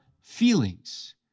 feelings